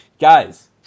Guys